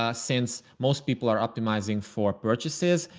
ah since most people are optimizing for purchases,